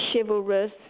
chivalrous